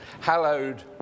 Hallowed